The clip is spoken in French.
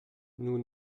nous